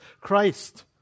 Christ